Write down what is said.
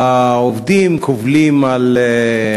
עד שיביאו לי את התוצאות,